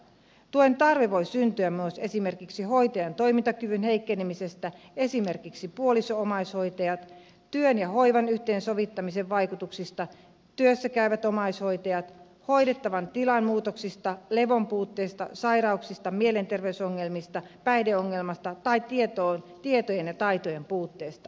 tuen tarve voi syntyä myös esimerkiksi hoitajan toimintakyvyn heikkenemisestä esimerkiksi puoliso omaishoitajat työn ja hoivan yhteensovittamisen vaikutuksista työssä käyvät omaishoitajat hoidettavan tilanmuutoksista levon puutteesta sairauksista mielenterveysongelmista päihdeongelmista tai tietojen ja taitojen puutteesta